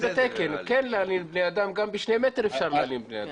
גם ב-2 מ"ר אפשר להלין בני אדם.